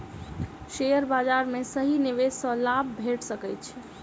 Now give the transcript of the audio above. share बाजार में सही निवेश सॅ लाभ भेट सकै छै